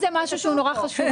אם זה משהו שהוא נורא חשוב.